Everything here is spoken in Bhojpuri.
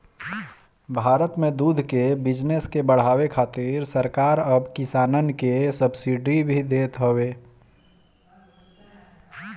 भारत में दूध के बिजनेस के बढ़ावे खातिर सरकार अब किसानन के सब्सिडी भी देत हवे